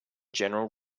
general